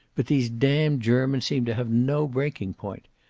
but these damned germans seem to have no breaking-point.